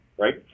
right